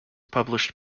published